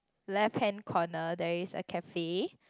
left hand corner there is a cafe